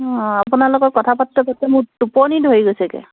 অঁ আপোনালোকৰ কথা মোৰ টোপনি ধৰি গৈছেগে